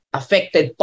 affected